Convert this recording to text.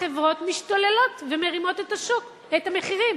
החברות משתוללות ומרימות את המחירים.